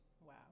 Wow